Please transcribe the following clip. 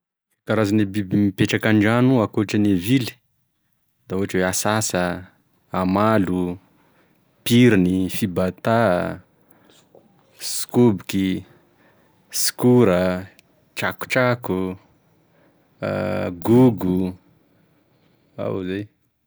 E karazan'e biby mipetraky andrano akoatra'e vily da atsatsa, amalo, piriny, fibata, sokoboky, sokora, trakotrako, gogo, ao zay.